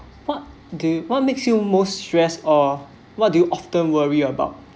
what do what makes you most stress or what do you often worry about